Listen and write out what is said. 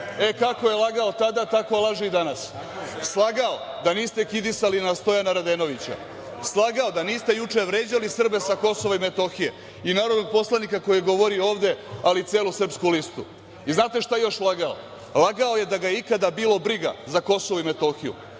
Kako je lagao tada, tako laže i danas. Slagao da niste kidisali na Stojana Radenovića. Slagao da niste juče vređali Srbe sa KiM i narodnog poslanika koji je govorio ovde, ali i celu Srpsku listu. Znate šta još lagao? Lagao je da ga je ikada bilo briga za KiM u studiju